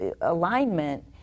alignment